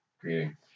greeting